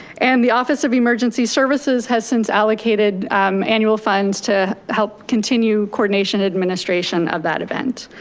and the office of emergency services has since allocated annual funds to help continue coordination administration of that event.